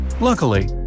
Luckily